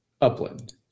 Upland